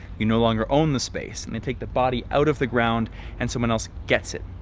you no longer own the space, and they take the body out of the ground and someone else gets it,